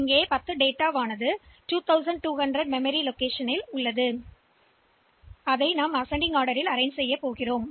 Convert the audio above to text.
எனவே நினைவக இருப்பிடத்தில் 2200 முதல் சேமிக்கப்பட்ட 10 எண்களை வரிசைப்படுத்த விரும்புகிறோம் அவற்றை ஏறுவரிசையில் அடுக்க விரும்புகிறோம்